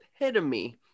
epitome